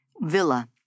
villa